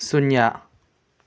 ꯁꯨꯟꯌꯥ